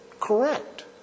correct